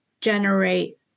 generate